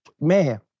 man